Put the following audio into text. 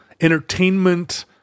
entertainment